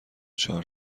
چهار